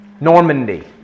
Normandy